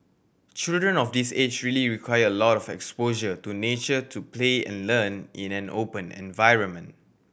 children of this age really require a lot of exposure to nature to play and learn in an open environment